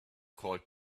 called